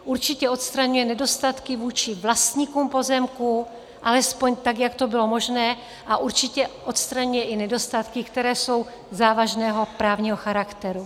Určitě odstraňuje nedostatky vůči vlastníkům pozemků alespoň tak, jak to bylo možné, a určitě odstraňuje i nedostatky, které jsou závažného právního charakteru.